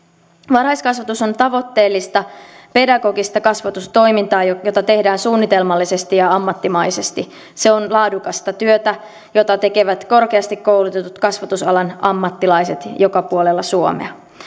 varhaiskasvatus on tavoitteellista pedagogista kasvatustoimintaa jota jota tehdään suunnitelmallisesti ja ammattimaisesti se on laadukasta työtä jota tekevät korkeasti koulutetut kasvatusalan ammattilaiset joka puolella suomea